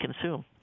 consume